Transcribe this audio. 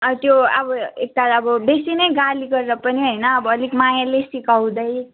त्यो अब एकताल अब बेसी नै गाली गरेर पनि होइन अब अलिक मायाले सिकाउँदै